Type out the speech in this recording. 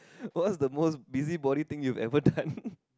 what's the most busybody thing you've ever done